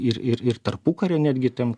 ir ir ir tarpukario netgi ten